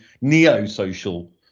neo-social